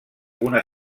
una